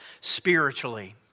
spiritually